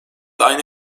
aynı